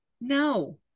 No